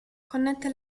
connette